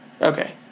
Okay